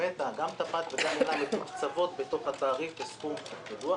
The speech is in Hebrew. גם תפ"ט וגם ינ"ם מתוקצבות בתוך התעריף בסכום קבוע,